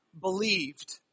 believed